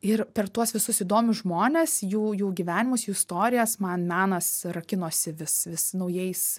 ir per tuos visus įdomius žmones jų jų gyvenimus jų istorijas man menas rakinosi vis vis naujais